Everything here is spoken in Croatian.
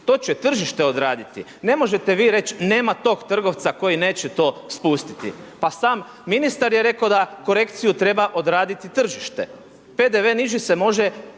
To će tržište odraditi. Ne možete vi reći, nema tog trgovca koji neće to spustiti. Pa sam ministar je rekao da korekciju treba odraditi tržište. PDV niži se može